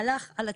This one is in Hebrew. הלך על הטיפולים,